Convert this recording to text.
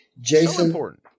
Jason